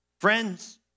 Friends